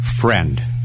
friend